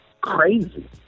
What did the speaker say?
Crazy